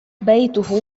بيته